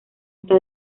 está